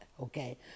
okay